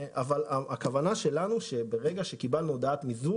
הכוונה שלנו היא שברגע שקיבלנו הודעת מיזוג